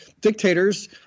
dictators